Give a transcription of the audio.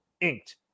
inked